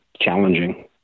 challenging